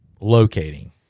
locating –